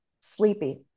sleepy